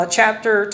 Chapter